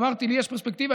ואמרתי: לי יש פרספקטיבה,